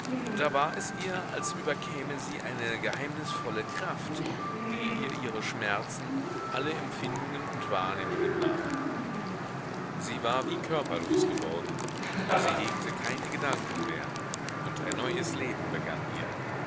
da war es ihr als überkäme sie eine geheimnisvolle kraft die ihr ihre schmerzen alle empfindungen und wahrnehmungen nahm sie war wie körperlos geworden sie hegte keine gedanken mehr und ein neues leben begann ihr